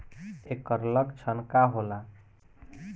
ऐकर लक्षण का होला?